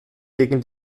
gegen